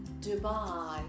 Dubai